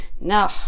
no